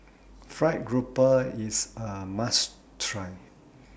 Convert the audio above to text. Fried Grouper IS A must Try